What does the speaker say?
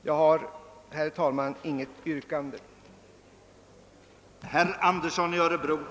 Jag avstår, herr talman, från att i frågans nuvarande läge ställa något yrkande.